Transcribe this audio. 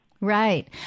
Right